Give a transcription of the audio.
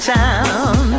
town